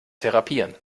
therapien